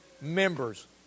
members